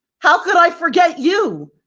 how could i forget you?